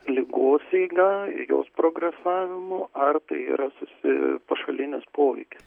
ligos eiga jos progresavimu ar tai yra susi pašalinis poveikis